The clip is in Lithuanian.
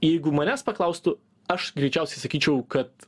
jeigu manęs paklaustų aš greičiausiai sakyčiau kad